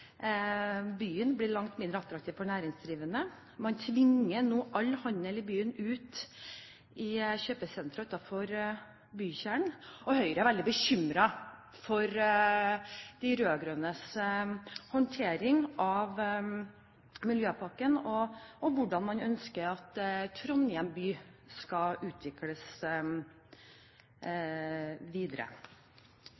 byen blir langt mindre attraktiv for næringsdrivende. Man tvinger nå all handel i byen ut i kjøpesentre utenfor bykjernen, og Høyre er veldig bekymret for de rød-grønnes håndtering av miljøpakken, og hvordan man ønsker at Trondheim by skal utvikles